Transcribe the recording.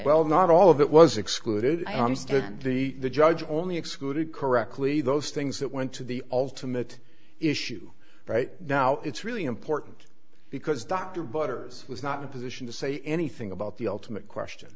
well not all of it was excluded i understood that the judge only excluded correctly those things that went to the ultimate issue right now it's really important because dr butters was not in position to say anything about the ultimate question